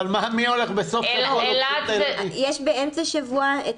אבל מי הולך בסוף שבוע --- יש באמצע שבוע את